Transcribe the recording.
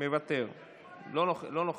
אינו נוכח,